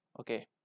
Okay